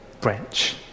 branch